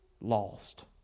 lost